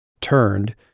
turned